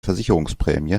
versicherungsprämie